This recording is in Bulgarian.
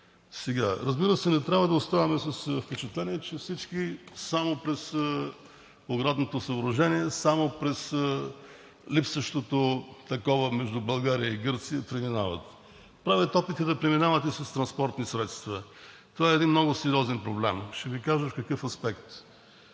Разбира се, не трябва да оставаме с впечатление, че всички преминават само през оградното съоръжение и само през липсващото такова между България и Гърция. Правят опити да преминават и с транспортни средства. Това е един много сериозен проблем и ще Ви кажа в какъв аспект: